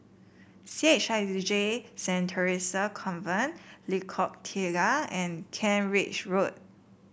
C H I J Saint Theresa Convent Lengkong Tiga and Kent Ridge Road